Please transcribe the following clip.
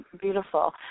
Beautiful